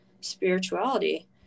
spirituality